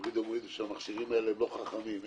תמיד אומרים שהמכשירים האלה לא חכמים.